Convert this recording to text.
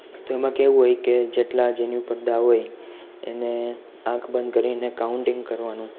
તો એમાં કેવું હોય કે જેટલા જેની ઉપર દાવ હોય એને આંખ બંધ કરીને કાઉન્ટીંગ કરવાનું